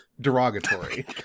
derogatory